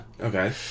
Okay